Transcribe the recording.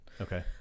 Okay